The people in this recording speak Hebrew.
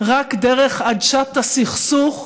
רק דרך עדשת הסכסוך,